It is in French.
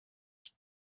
qui